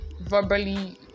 verbally